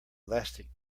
elastic